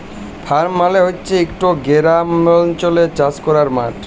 farm মালে হছে ইকট গেরামাল্চলে চাষ ক্যরার মাঠ